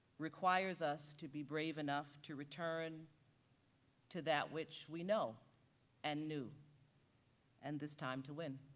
requires us to be brave enough to return to that which we know and knew and this time to win,